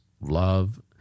love